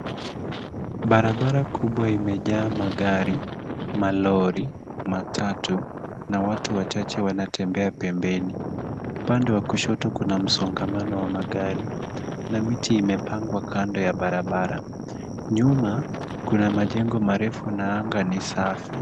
Barabara kubwa imejaa magari, malori, matatu na watu wachache wanatembea pembeni. Upande wa kushoto kuna msongamano wa magari na miti imepangwa kando ya barabara. Nyuma kuna majengo marefu na anga ni safi.